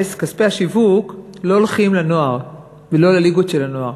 כספי השיווק לא הולכים לנוער ולא לליגות של הנוער.